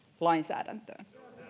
lainsäädäntöön